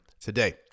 today